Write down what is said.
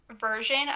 version